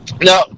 now